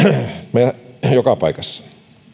joka paikassa